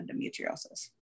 endometriosis